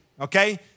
okay